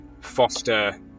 foster